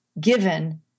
given